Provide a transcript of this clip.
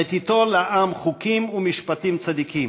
בתיתו לעם חוקים ומשפטים צדיקים,